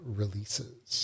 releases